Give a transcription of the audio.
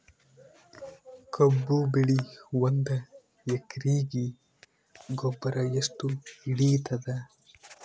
ಕಬ್ಬು ಬೆಳಿ ಒಂದ್ ಎಕರಿಗಿ ಗೊಬ್ಬರ ಎಷ್ಟು ಹಿಡೀತದ?